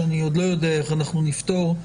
ואני עוד לא יודע איך נפתור אותה.